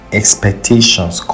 expectations